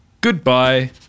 Goodbye